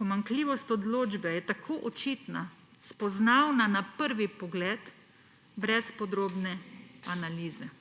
»Pomanjkljivost odločbe je tako očitna, spoznavna na prvi pogled, brez podrobne analize.«